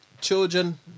children